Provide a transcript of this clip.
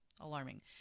alarming